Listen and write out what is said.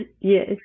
Yes